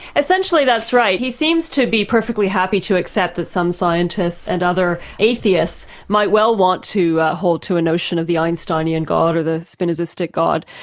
essentially that's right. he seems to be perfectly happy to accept that some scientists and other atheists might well want to hold to a notion of the einsteinian god, or the spinozistic god,